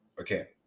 okay